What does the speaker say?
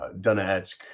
Donetsk